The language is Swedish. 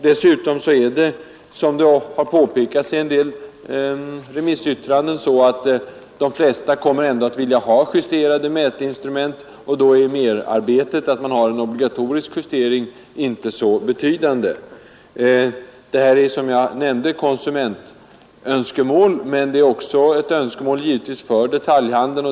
Dessutom blir det, som påpekats i en del remissyttranden, troligen så att de flesta kommer att vilja ha justerade mätinstrument. Då är merarbetet med en obligatorisk justering inte så betydande. Det är, som jag nämnt, ett konsumentönskemål, men det är också givetvis ett önskemål för detaljhandeln.